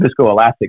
viscoelastic